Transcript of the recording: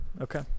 okay